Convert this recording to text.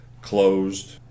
closed